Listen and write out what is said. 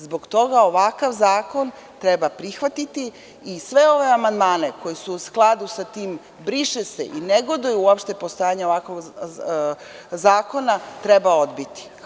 Zbog toga ovakav zakon treba prihvatiti i sve ove amandmane koji su u skladu sa tim „briše se“ i koji negoduju uopšte postojanje ovakvog zakona treba odbiti.